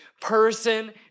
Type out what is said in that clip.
person